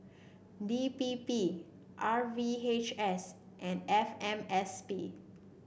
D P P R V H S and F M S P